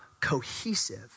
cohesive